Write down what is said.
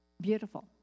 Beautiful